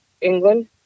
England